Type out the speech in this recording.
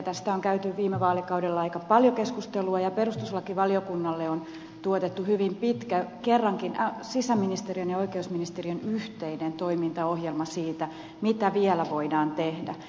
tästä on käyty viime vaalikaudella aika paljon keskustelua ja perustuslakivaliokunnalle on tuotettu hyvin pitkä kerrankin sisäministeriön ja oikeusministeriön yhteinen toimintaohjelma siitä mitä vielä voidaan tehdä